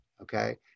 okay